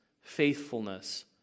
faithfulness